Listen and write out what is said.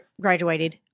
graduated